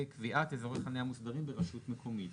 קביעת אזורי חניה מוסדרים ברשות מקומית.